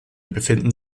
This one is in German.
befinden